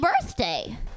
birthday